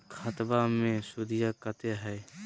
खतबा मे सुदीया कते हय?